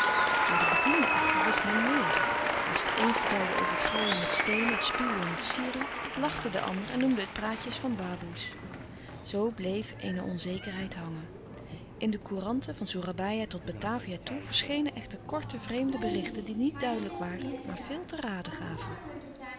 door de bedienden echter wist men meer maar als de een vertelde over het gooien met steenen het spuwen met sirih lachte de ander en noemde het praatjes van baboe's zoo bleef eene onzekerheid hangen in de couranten van soerabaia tot batavia toe verschenen echter korte vreemde louis couperus de stille kracht berichten die niet duidelijk waren maar veel te raden gaven